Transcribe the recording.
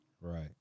Right